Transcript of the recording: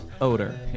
odor